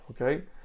okay